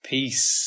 Peace